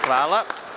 Hvala.